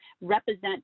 represent